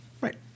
Right